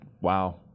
wow